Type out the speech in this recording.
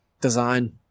design